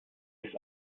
ist